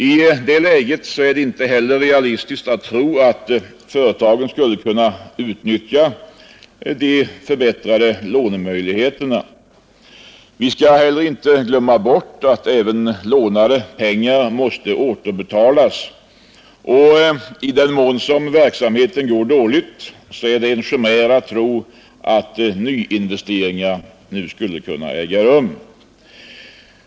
I det läget är det inte heller realistiskt att tro att företagen skulle kunna utnyttja de förbättrade lånemöjligheterna. Vi skall heller inte glömma bort att lånade pengar måste återbetalas, och i den mån som verksamheten går dåligt är det en chimär att tro att nya investeringar skulle kunna göras nu.